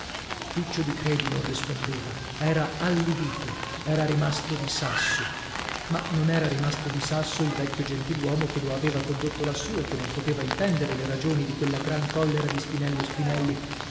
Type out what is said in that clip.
di credi non rispondeva era allibito era rimasto di sasso ma non era rimasto di sasso il vecchio gentiluomo che lo aveva condotto lassù e che non poteva intendere le ragioni di quella gran collera di spinello spinelli